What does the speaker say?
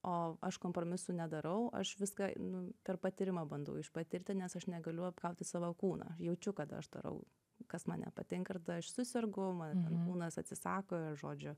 o aš kompromisų nedarau aš viską nu per patyrimą bandau išpatirti nes aš negaliu apgauti savo kūno jaučiu kada aš darau kas man nepatinka ir aš susergu mano ten kūnas atsisako ir žodžiu